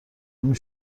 همین